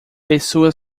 pessoa